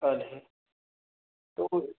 एक साल है तो